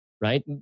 right